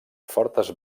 fortes